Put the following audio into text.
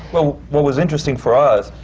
well, what was interesting for us,